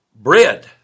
bread